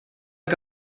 que